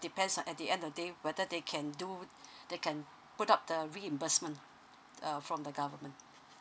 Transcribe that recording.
depends on at the end of the day whether they can do they can put up the reimbursement uh from the government